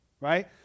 Right